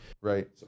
Right